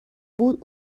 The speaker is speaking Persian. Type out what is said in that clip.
بود